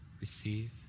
receive